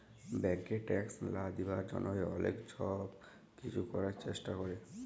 ব্যাংকে ট্যাক্স লা দিবার জ্যনহে অলেক ছব কিছু ক্যরার চেষ্টা ক্যরে